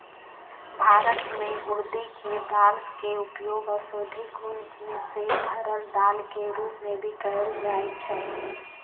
भारत में उर्दी के दाल के उपयोग औषधि गुण से भरल दाल के रूप में भी कएल जाई छई